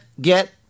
get